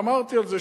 ואמרתי על זה,